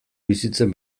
bizitzen